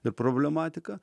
ir problematiką